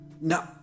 No